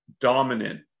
dominant